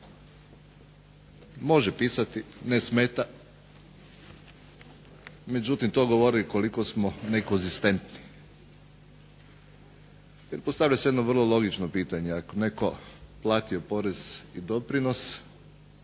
Može pisati ne smeta, međutim to govori koliko smo nekonzistentni, jer postavlja se jedno vrlo logično pitanje, ako je netko platio porez i doprinos,